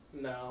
No